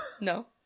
No